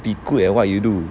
be good at what you do